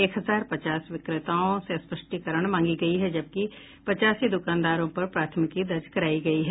एक हजार पचास विक्रेताओं से स्पष्टीकरण मांगी गयी है जबकि पचासी दुकानदारों पर प्राथमिकी दर्ज करायी गयी है